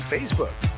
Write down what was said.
Facebook